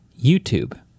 YouTube